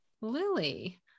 lily